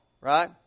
right